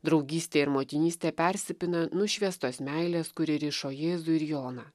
draugystė ir motinystė persipina nušviestos meilės kuri rišo jėzų ir joną